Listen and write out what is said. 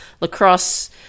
lacrosse